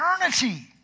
eternity